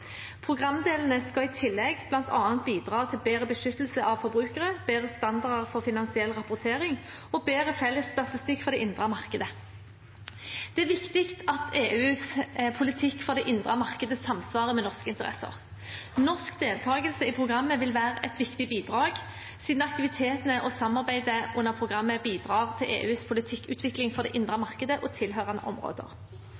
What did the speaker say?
Programdelene skal i tillegg bl.a. bidra til bedre beskyttelse av forbrukere, bedre standarder for finansiell rapportering og bedre felles statistikk for det indre markedet. Det er viktig at EUs politikk for det indre markedet samsvarer med norske interesser. Norsk deltakelse i programmet vil være et viktig bidrag, siden aktivitetene og samarbeidet under programmet bidrar til EUs politikkutvikling for det indre